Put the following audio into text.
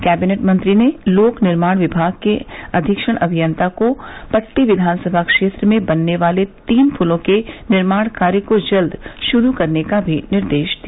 cabinet मंत्री ने लोक निर्माण विमाग के अधीक्षण अभियन्ता को पट्टी विधानसभा क्षेत्र में बनने वाले तीन पुलों के निर्माण कार्य को जल्द शुरू करने का भी निर्देश दिया